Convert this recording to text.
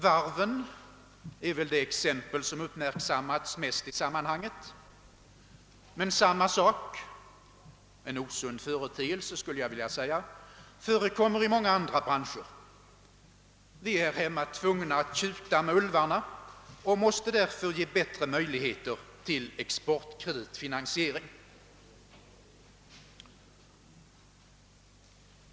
Varven är väl det exempel som uppmärksammats mest i sammanhanget, men samma sak — en osund företeelse enligt min mening — förekommer i många andra branscher. Vi är här hemma tvungna att tjuta med ulvarna och måste därför ge bättre möjligheter till exportkreditfinansiering.